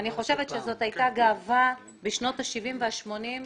אני חושבת שזאת הייתה גאווה בשנות ה-70 וה-80,